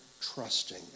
trusting